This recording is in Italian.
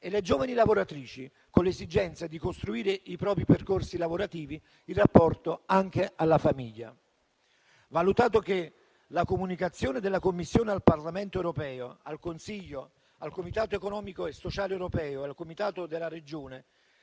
e le giovani lavoratrici con l'esigenza di costruire i propri percorsi lavorativi in rapporto alla famiglia e alle scelte di genitorialità; valutato che: la comunicazione della Commissione al Parlamento europeo, al Consiglio, al comitato economico e sociale europeo e al comitato delle regioni